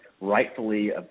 rightfully